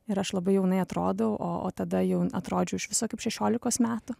ir aš labai jaunai atrodau o o tada jau atrodžiau iš viso kaip šešiolikos metų